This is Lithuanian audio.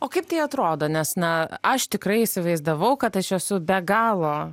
o kaip tai atrodo nes na aš tikrai įsivaizdavau kad aš esu be galo